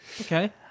Okay